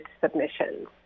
submissions